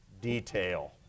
detail